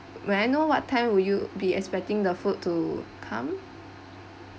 may I know what time will you be expecting the food to come